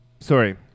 Sorry